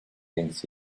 things